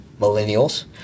millennials